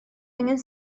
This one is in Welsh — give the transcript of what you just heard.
angen